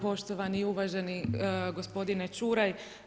Poštovani i uvaženi gospodine Čuraj.